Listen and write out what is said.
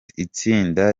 itsinda